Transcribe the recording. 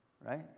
right